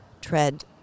tread